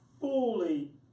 fully